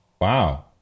Wow